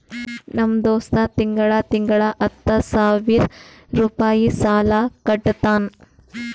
ನಮ್ ದೋಸ್ತ ತಿಂಗಳಾ ತಿಂಗಳಾ ಹತ್ತ ಸಾವಿರ್ ರುಪಾಯಿ ಸಾಲಾ ಕಟ್ಟತಾನ್